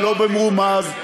ולא במרומז,